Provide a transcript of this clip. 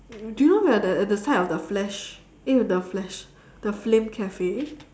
do you remember at the side of the flash eh the flash the flame cafe